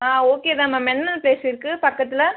ஆ okay தான் ma'am என்னென்ன place இருக்குது பக்கத்தில்